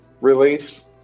release